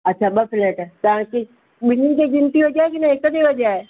अच्छा ॿ फ्लैट आहिनि तव्हांखे ॿिन्हिनि ते घिंटी वॼाए की न हिक ते वॼाए